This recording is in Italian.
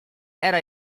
era